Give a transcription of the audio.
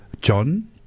John